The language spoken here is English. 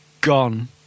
Gone